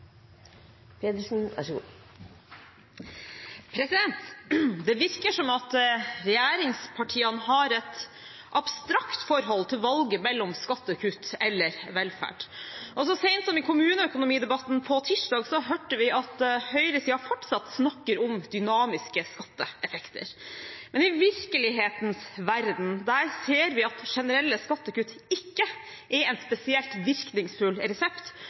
Det virker som at regjeringspartiene har et abstrakt forhold til valget mellom skattekutt og velferd. Så sent som i kommuneøkonomidebatten på tirsdag hørte vi at høyresiden fortsatt snakker om dynamiske skatteeffekter. Men i virkelighetens verden ser vi at generelle skattekutt ikke er en spesielt virkningsfull resept